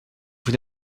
vous